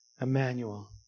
Emmanuel